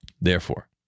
Therefore